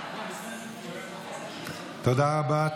תודה רבה.